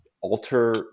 alter